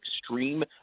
extreme